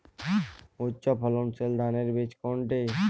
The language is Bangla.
উচ্চ ফলনশীল ধানের বীজ কোনটি?